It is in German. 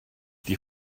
die